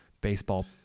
baseball